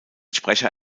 sprecher